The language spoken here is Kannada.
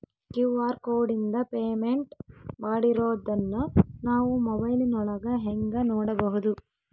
ಕ್ಯೂ.ಆರ್ ಕೋಡಿಂದ ಪೇಮೆಂಟ್ ಮಾಡಿರೋದನ್ನ ನಾವು ಮೊಬೈಲಿನೊಳಗ ಹೆಂಗ ನೋಡಬಹುದು?